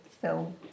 film